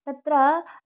तत्र